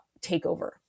takeover